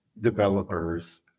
developers